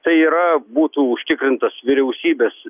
tai yra būtų užtikrintas vyriausybės